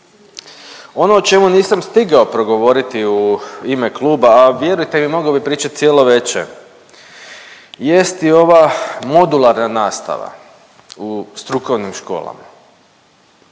Ono o čemu nisam stigao progovoriti u ime kluba, a vjerujte mogao bih pričati cijelo veče jest i ova modularna nastava u strukovnim školama.